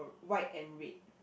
white and red